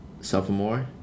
Sophomore